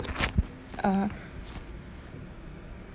uh